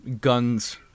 guns